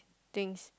things